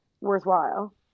worthwhile